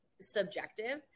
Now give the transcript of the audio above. subjective